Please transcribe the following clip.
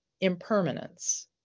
impermanence